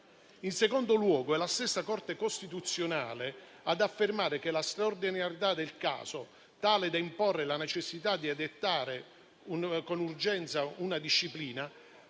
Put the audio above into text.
In secondo luogo è la stessa Corte costituzionale ad affermare che la straordinarietà del caso, tale da imporre la necessità di dettare con urgenza una disciplina,